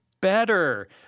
better